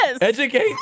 Educate